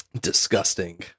Disgusting